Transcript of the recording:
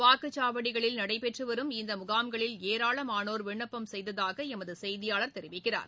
வாக்குச்சாவடிகளில் நடைபெற்றுவரும் இந்த முகாம்களில் ஏராளமானோர் விண்ணப்பம் செய்ததாக எமது செய்தியாளர் தெரிவிக்கிறார்